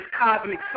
cosmic